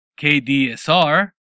KDSR